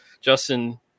Justin